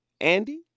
Andy